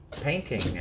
painting